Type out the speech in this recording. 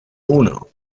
uno